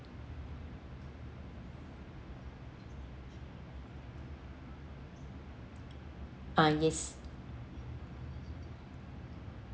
uh yes